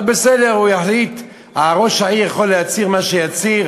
אז בסדר, ראש העיר יכול להצהיר מה שיצהיר.